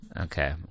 Okay